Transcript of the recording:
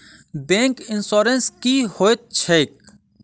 Bank insurance की होइत छैक?